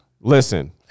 Listen